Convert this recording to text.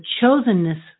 chosenness